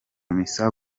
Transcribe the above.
misa